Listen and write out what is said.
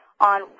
on